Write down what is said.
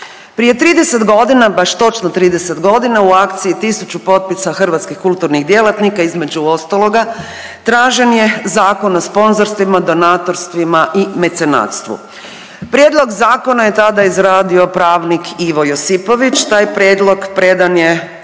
Prije 30 godina baš točno 30 godina u akciji „Tisuću potpisa hrvatskih kulturnih djelatnika“ između ostaloga tražen je zakon o sponzorstvima, donatorstvima i mecenastvu, prijedlog zakona je tada izradio pravnik Ivo Josipović taj prijedlog predan je